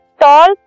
tall